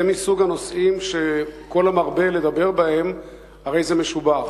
זה מסוג הנושאים שכל המרבה לדבר בהם הרי זה משובח,